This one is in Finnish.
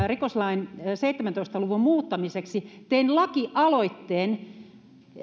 rikoslain seitsemäntoista luvun muuttamiseksi tein lakialoitteen